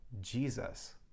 Jesus